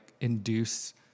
induce